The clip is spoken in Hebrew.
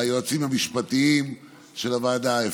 ליועצים המשפטיים של הוועדה,